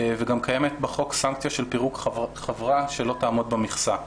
וגם קיימת בחוק סנקציה של פירוק חברה שלא תעמוד במכסה.